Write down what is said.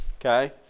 okay